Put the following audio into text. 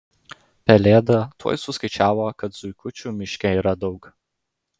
pelėda tuoj suskaičiavo kad zuikučių miške yra daug